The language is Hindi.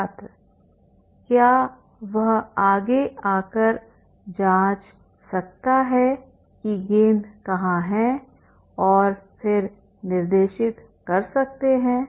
छात्र क्या वह आगे आकर जाँच सकता है कि गेंद कहाँ हैं और फिर निर्देशित कर सकते हैं